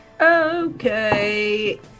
Okay